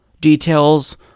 details